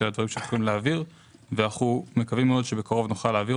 אנחנו מקווים מאוד שבקרוב נוכל להעביר